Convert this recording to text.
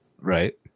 right